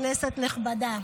כנסת נכבדה,